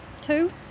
Two